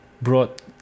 brought